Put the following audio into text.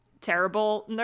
terrible